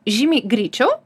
žymiai greičiau